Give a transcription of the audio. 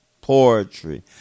poetry